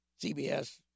CBS